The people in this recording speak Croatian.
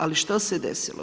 Ali što se desilo?